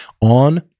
on